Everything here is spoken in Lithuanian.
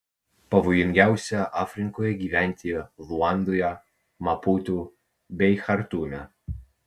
pavojingiausia afrikoje gyventi luandoje maputu bei chartume